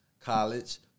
college